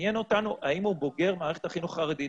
מעניין אותנו האם הוא בוגר מערכת החינוך החרדית,